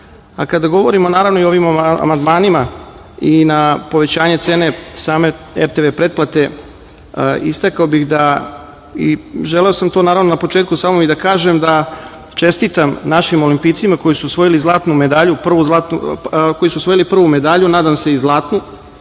govorimo naravno, i o ovim amandmanima i na povećanje cene same RTV pretplate istakao bih da, želeo sam to na početku samom i da kažem, da čestitam našim olimpijcima koji su osvojili prvu medalju, nadam se i zlatnu,